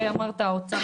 הזכרת את האוצר,